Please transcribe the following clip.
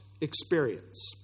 experience